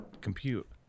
compute